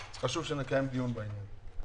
חשוב שנקיים דיון בעניין הזה.